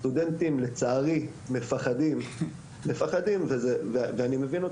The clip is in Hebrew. סטודנטים לצערי מפחדים, מפחדים ואני מבין אותם,